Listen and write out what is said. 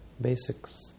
basics